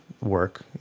work